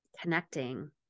connecting